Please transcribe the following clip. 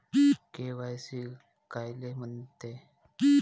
KYC कायले म्हनते?